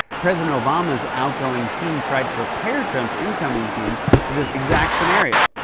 president obama's outgoing team tried to prepare trump's incoming team for this exact scenario.